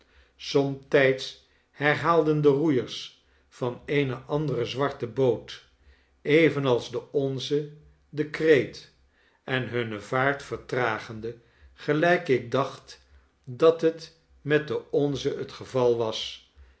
somtijds herhaalden de roeiers van eene andere zwarte boot evenals de onze den kreet en hunne vaart vertragende gelijk ik dacht dat het met de onze t geval was